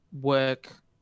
work